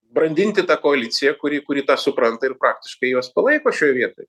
brandinti tą koaliciją kuri kuri tą supranta ir praktiškai juos palaiko šioj vietoj